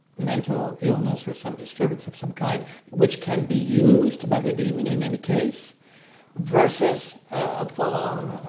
mental illness or some disturbance of some kind which can be used by the demon in any case versus a full-on